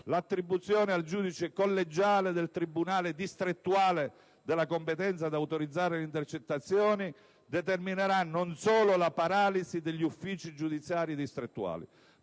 L'attribuzione al giudice collegiale del tribunale distrettuale della competenza ad autorizzare le intercettazioni determinerà non solo la paralisi degli uffici giudiziari distrettuali,